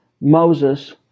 Moses